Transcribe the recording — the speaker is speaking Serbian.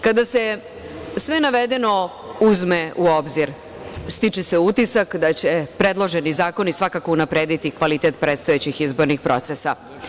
Kada se sve navedeno uzme u obzir, stiče se utisak da će predloženi zakoni svakako unaprediti kvalitet predstojećih izbornih procesa.